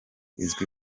izwi